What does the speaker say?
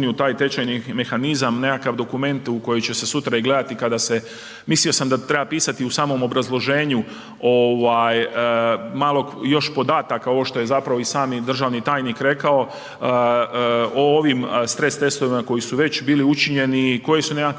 EU, taj tečajni mehanizam, nekakav dokument u koji će se sutra i gledati kada se, mislio sam da treba pisati u samom obrazloženju malo još podataka ovo što je zapravo i sami državni tajnik rekao o ovim strest testovima koji su već bili učinjeni i koje su nekakve